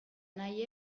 nahi